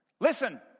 Listen